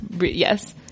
Yes